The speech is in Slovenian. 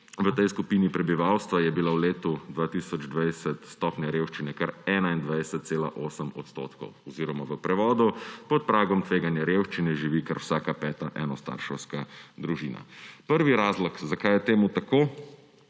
V tej skupini prebivalstva je bila v letu 2020 stopnja revščine kar 21,8 % oziroma, v prevodu, pod pragom tveganja revščine živi kar vsaka peta enostarševska družina. Prvi razlog, zakaj je temu tako,